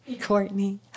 Courtney